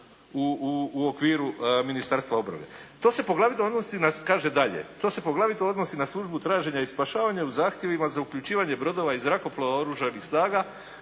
poglavito odnosi, kaže dalje. To se poglavito odnosi na Službu traženja i spašavanja u zahtjevima za uključivanje brodova i zrakoplova Oružanih snaga,